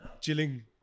chilling